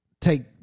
take